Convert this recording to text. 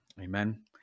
Amen